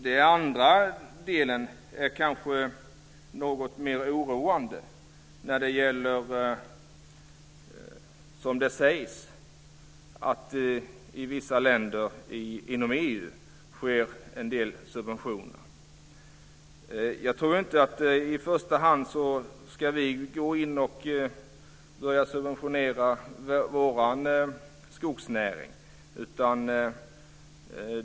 Den andra delen är kanske något mer oroande, att det, som det sägs, sker en del subventioner i vissa länder inom EU. Jag tror inte att vi i första hand ska börja gå in och subventionera vår skogsnäring.